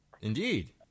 Indeed